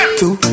two